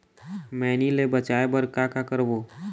मैनी ले बचाए बर का का करबो?